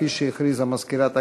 כפי שהכריזה מזכירת הכנסת,